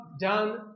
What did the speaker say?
done